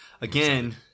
Again